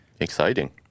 exciting